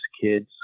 kids